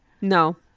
No